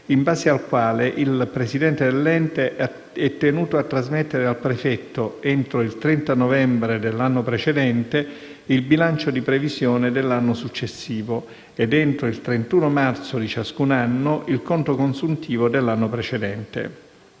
in base al quale il Presidente dell'ente è tenuto a trasmettere al prefetto, entro il 30 novembre dell'anno precedente, il bilancio di previsione dell'anno successivo e, entro il 31 marzo di ciascun anno, il conto consuntivo dell'anno precedente.